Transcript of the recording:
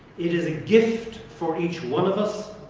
it is a gift for each one of us,